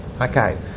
Okay